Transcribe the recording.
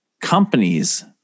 companies